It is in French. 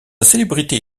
célébrité